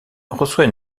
reçoit